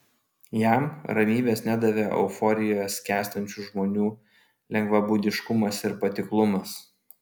jam ramybės nedavė euforijoje skęstančių žmonių lengvabūdiškumas ir patiklumas